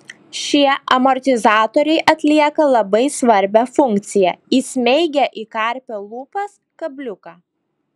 šie amortizatoriai atlieka labai svarbią funkciją įsmeigia į karpio lūpas kabliuką